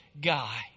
guy